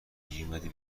میومدی